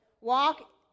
walk